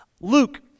Luke